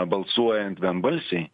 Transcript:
balsuojant vienbalsiai